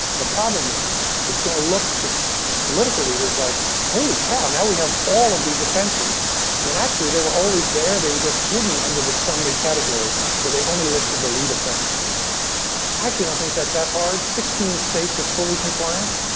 the problem is it's going to look to political leaders like holy cow, now we have all of these offenses when, actually, they were always there. they were just hidden under the summary category, where they only listed the lead offense. i actually don't think that it's that hard. sixteen states are fully compliant.